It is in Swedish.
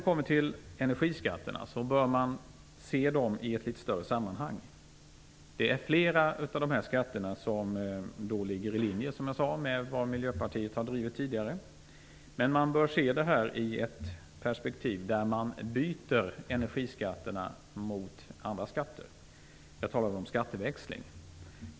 Man bör se energiskatterna i ett litet större sammanhang. Flera av dessa skatter ligger, som jag sade, i linje med den politik som Miljöpartiet har drivit tidigare. Men man bör se det här i ett perspektiv där man byter energiskatterna mot andra skatter. Jag talar om en skatteväxling.